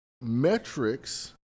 metrics